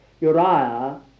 Uriah